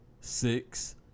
six